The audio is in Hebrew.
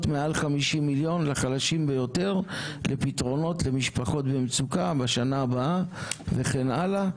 מעל 50 מיליון לחלשים ביותר לפתרונות למשפחות במצוקה בשנה הבאה וכן הלאה,